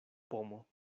pomo